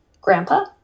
Grandpa